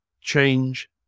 change